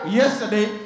yesterday